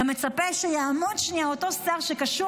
אתה מצפה שיעמוד שנייה אותו שר שקשור